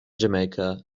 jamaica